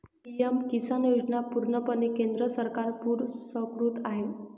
PM Kisan योजना पूर्णपणे केंद्र सरकार पुरस्कृत आहे